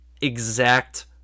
exact